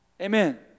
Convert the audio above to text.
Amen